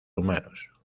humanos